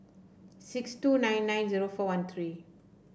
six two nine nine zero four one three